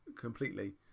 completely